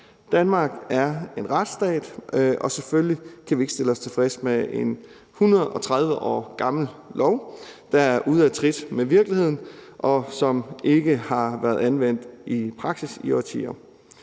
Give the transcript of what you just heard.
Danmark er en retsstat, og selvfølgelig kan vi ikke stille os tilfreds med en 130 år gammel lov, der er ude af trit med virkeligheden, og som ikke har været anvendt i praksis i årtier.